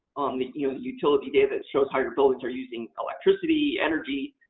the utility data that shows how your buildings are using electricity, energy,